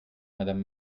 madame